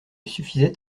suffisait